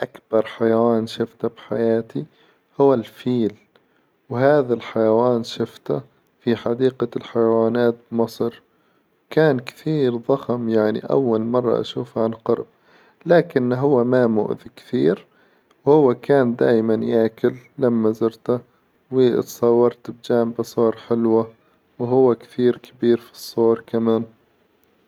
أكبر حيوان شفته بحياتي هو الفيل، وهذا الحيوان شفته في حديقة الحيوانات مصر، كان كثير ظخم يعني أول مرة أشوفه عن قرب، لكن هو ما مؤذي كثير وهو كان دايما ياكل لما زرته، واتصورت بجانبه صور حلوة، وهو كثير كبير في الصور كمان.